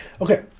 Okay